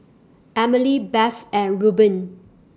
Emely Beth and Reubin